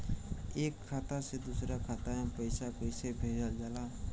एक खाता से दूसरा खाता में पैसा कइसे भेजल जाला?